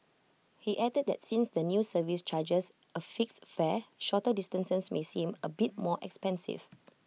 he added that since the new service charges A fixed fare shorter distances may seem A bit more expensive